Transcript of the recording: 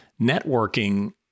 networking